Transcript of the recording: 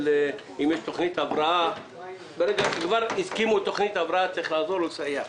אם כבר הסכימו על תכנית הבראה, צריך לעזור ולסייע.